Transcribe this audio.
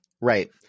Right